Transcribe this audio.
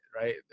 right